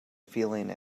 feeling